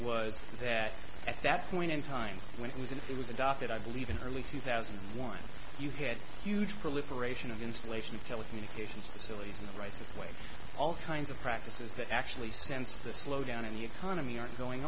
was that at that point in time when it was in it was adopted i believe in early two thousand and one you had huge proliferation of installation of telecommunications facilities and the right of way all kinds of practices that actually sense the slowdown in the economy are going